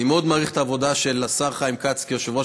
אני מאוד מעריך את העבודה של השר חיים כץ כיושב-ראש